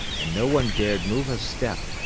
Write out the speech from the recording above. and no one dared move a step,